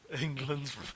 England's